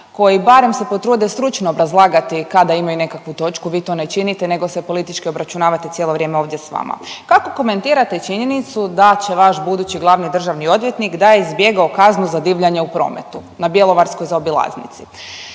koji barem se potrude stručno obrazlagati kada imaju nekakvu točku, vi to ne činite, nego se politički obračunavate ovdje s vama. Kako komentirate činjenicu da će vaš budući glavni državni odvjetnik, da je izbjegao kaznu za divljanje u prometu na bjelovarskoj zaobilaznici?